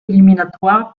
éliminatoires